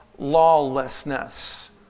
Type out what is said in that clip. lawlessness